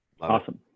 Awesome